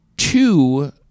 Two